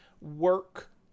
work